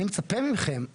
אני לא נציג ממשלה,